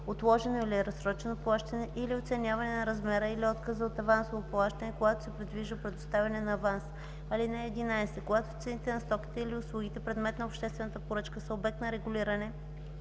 (отложено или разсрочено плащане) или оценяване на размера или отказа от авансово плащане, когато се предвижда предоставяне на аванс. (11) Когато цените на стоките или услугите – предмет на обществена поръчка, са обект на регулиране,